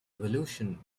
revolution